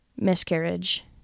miscarriage